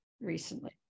recently